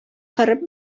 кырып